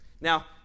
Now